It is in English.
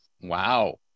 Wow